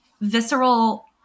visceral